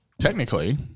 technically